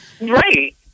Right